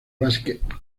básquet